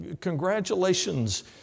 congratulations